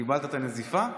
קיבלת את הנזיפה?